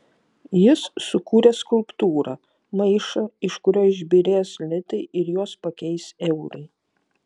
jis sukūrė skulptūrą maišą iš kurio išbyrės litai ir juos pakeis eurai